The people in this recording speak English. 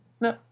no